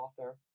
author